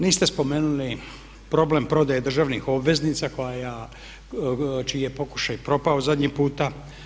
Niste spomenuli problem prodaje državnih obveznica čiji je pokušaj propao zadnji puta.